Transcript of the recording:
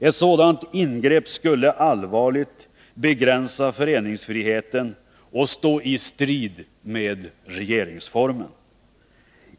Ett sådant ingrepp skulle allvarligt begränsa föreningsfriheten och stå i strid med regeringsformen.